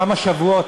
כמה שבועות,